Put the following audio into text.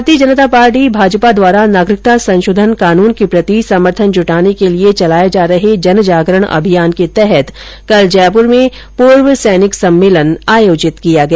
भारतीय जनता पार्टी भाजपा द्वारा नागरिकता संशोधन कानून के प्रति समर्थन के लिए चलाये जा रहे जनजागरण अभियान के तहत कल जयपुर में पूर्व सैनिक सम्मेलन आयोजित किया गया